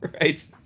Right